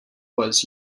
was